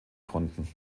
konnten